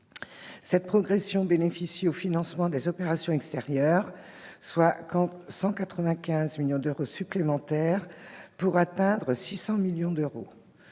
Cette progression bénéficie au financement des opérations extérieures, lequel obtient 195 millions d'euros supplémentaires pour atteindre 600 millions d'euros.